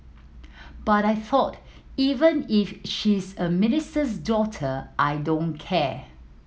but I thought even if she's a minister's daughter I don't care